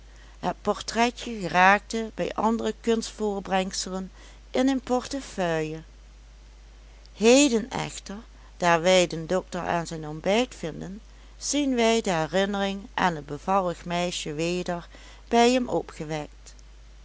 het portretje geraakte bij andere kunstvoorbrengselen in een portefeuille heden echter daar wij den dokter aan zijn ontbijt vinden zien wij de herinnering aan het bevallig meisje weder bij hem opgewekt